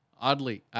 oddly